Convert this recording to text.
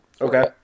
Okay